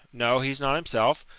no, he's not himself.